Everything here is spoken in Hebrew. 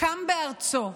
שקם בארצו,